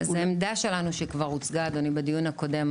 העמדה שלנו, אדוני, כבר הוצגה בדיון הקודם.